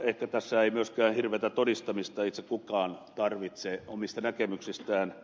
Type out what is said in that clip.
ehkä tässä ei myöskään hirveitä todistamisia itse kukaan tarvitse omista näkemyksistään